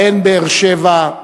ובהן באר-שבע,